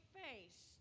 face